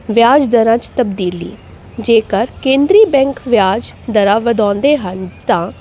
ਵਿਆਜ ਦਰਾਂ 'ਚ ਤਬਦੀਲੀ ਜੇਕਰ ਕੇਂਦਰੀ ਬੈਂਕ ਵਿਆਜ ਦਰਾਂ ਵਧਾਉਂਦੇ ਹਨ ਤਾਂ